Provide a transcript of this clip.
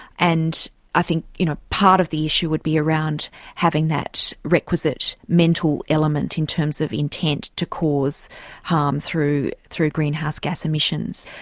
and i think, you know, part of the issue would be around having that requisite mental element in terms of intent to cause harm through through greenhouse gas emissions.